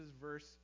verse